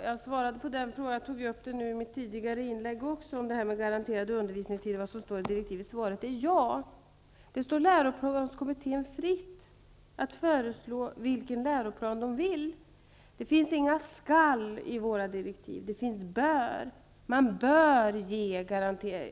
Fru talman! Jag svarade i mitt tidigare inlägg på frågan om vad som står i direktiven om garanterad undervisningstid. Det står läroplanskommittén fritt att föreslå vilken läroplan den vill. Det finns inga ''skall'' i våra direktiv, utan det finns ''bör''. Man bör